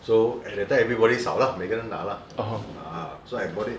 so at that time everybody 扫 lah 每个人拿 lah ah so I bought it